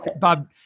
Bob